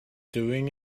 doing